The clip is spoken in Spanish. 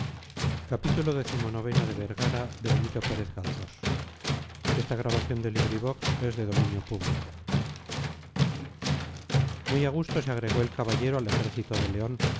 muy a gusto se agregó el caballero al ejército de león